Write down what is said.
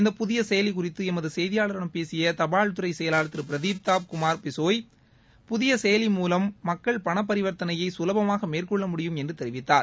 இந்த புதிய செயலி குறித்து எமது செய்திபாளரிடம் பேசிய தபால் துறை செயலாளர் திரு பிரதீப்தா குமார் பிசோய் புதிய செயலி மூலம் மக்கள் பண பரிவர்த்தனையை சுலபமாக மேற்கொள்ள முடியும் என்று தெரிவித்தார்